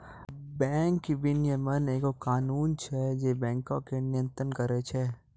bank विनियमन एगो कानून छै जे बैंको के नियन्त्रण करै छै